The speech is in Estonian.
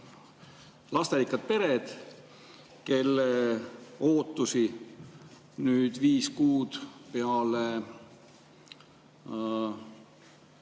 lasterikkad pered, kelle ootused nüüd viis kuud peale